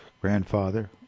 grandfather